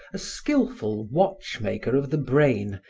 a skillful watchmaker of the brain,